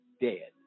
dead